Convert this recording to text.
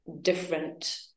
different